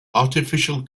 artificial